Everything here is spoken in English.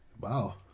Wow